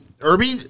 Irby